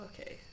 Okay